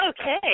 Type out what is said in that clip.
Okay